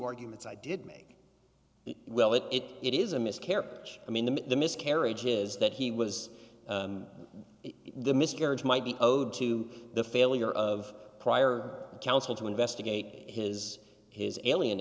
arguments i did make well if it is a miscarriage i mean the the miscarriage is that he was the miscarriage might be owed to the failure of prior counsel to investigate his his alien